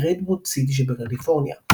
בעיר רדווד סיטי שבקליפורניה.